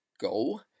go